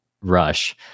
rush